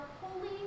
holy